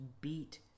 beat